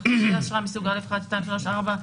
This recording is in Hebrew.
מחוסרי אשרה מסוג א1, א2, א3, א4,